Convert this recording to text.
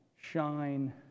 shine